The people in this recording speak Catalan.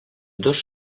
dos